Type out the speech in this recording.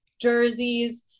jerseys